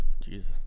Jesus